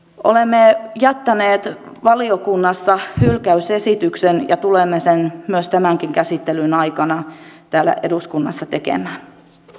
olemme jättäneet valiokunnassa hylkäysesityksen ja tulemme sen myös tämänkin käsittelyn aikana täällä eduskunnassa tekemään